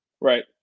Right